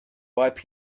ripe